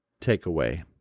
takeaway